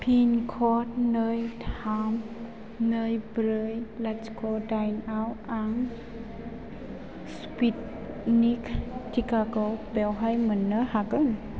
pin code नै थाम नै ब्रै लाथिख' दाइनआव आं स्पुटनिक टिकाखौ बेवहाय मोननो हागोन